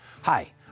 Hi